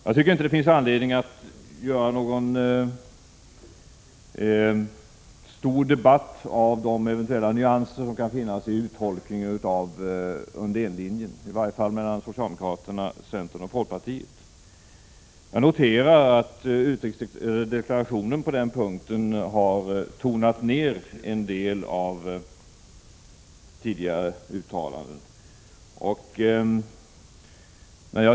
Jag tycker inte det finns anledning att göra någon stor debatt av de eventuella nyanser som kan finnas i uttolkningarna av Undénlinjen, i varje fall mellan socialdemokraterna, centern och folkpartiet. Jag noterar att utrikesdeklarationen på den här punkten har tonat ner en del tidigare uttalanden.